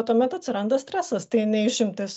tuomet atsiranda stresas tai ne išimtis